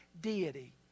deity